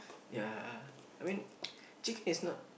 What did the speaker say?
yeah I mean chicken is not